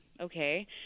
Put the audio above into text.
Okay